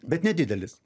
bet nedidelis